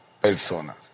personas